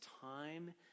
time